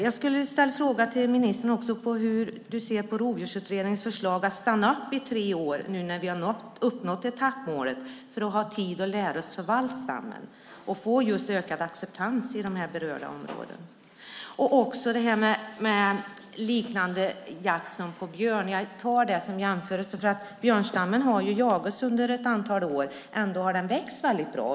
Jag skulle också vilja ställa frågan hur ministern ser på Rovdjursutredningens förslag att stanna upp i tre år, nu när vi har uppnått etappmålet, för att ha tid att lära oss förvalta stammen och få just ökad acceptans i de berörda områdena. Jag tar upp frågan om liknande jakt som på björn som en jämförelse därför att björnstammen ju har jagats under ett antal år. Ändå har den växt väldigt bra.